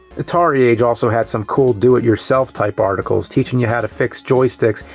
atari age also had some cool do-it-yourself type articles, teaching you how to fix joysticks,